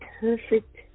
perfect